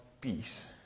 peace